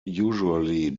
usually